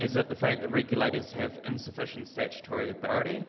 is it the fact that regulators have insufficient statutory authority